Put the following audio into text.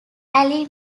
alley